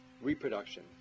reproduction